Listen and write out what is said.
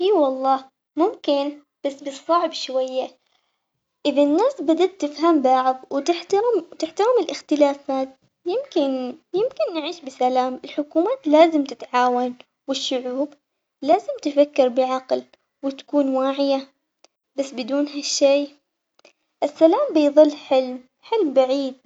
إي والله ممكن بس بالصعب شوية إذا الناس بدت تفهم بعض وتحترم تحترم الاختلافات يمكن يمكن نعيش بسلام، الحكومات لازم تتعاون والشعوب لازم تفكر بعقل وتكون واعية بس بدون هالشي السلام بيظل حلم حلم بعيد.